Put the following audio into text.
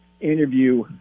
interview